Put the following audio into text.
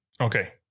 Okay